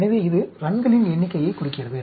எனவே இது ரன்களின் எண்ணிக்கையைக் குறிக்கிறது